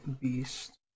beast